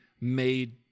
made